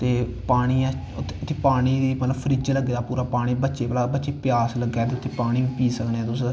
ते पानी पानी दी फ्रिज्ज लग्गे दा बच्चे भला प्यास लग्गै ते पानी बी पी सकने तुस